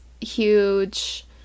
huge